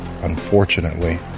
unfortunately